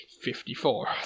fifty-four